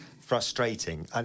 frustrating